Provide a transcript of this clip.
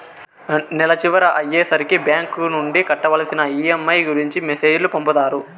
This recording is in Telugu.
నెల చివర అయ్యే సరికి బ్యాంక్ నుండి కట్టవలసిన ఈ.ఎం.ఐ గురించి మెసేజ్ లు పంపుతారు